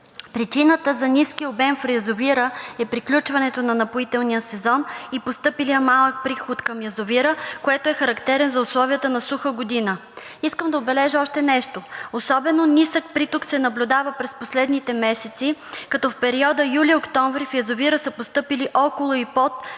Причината за ниския обем в язовира е приключването на напоителния сезон и постъпилият малък приход към язовира, което е характерно за условията на суха година. Искам да отбележа нещо. Особено нисък приток се наблюдава през последните месеци, като в периода юли-октомври в язовира са постъпили около и под